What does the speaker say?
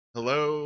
Hello